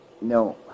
no